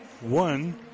one